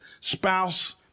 spouse